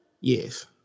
Yes